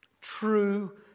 True